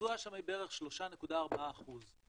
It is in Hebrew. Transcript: התשואה הממוצעת שם היא בערך 3.4% לשנה,